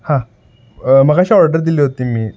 हां मगाशी ऑर्डर दिली होती मी